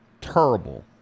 terrible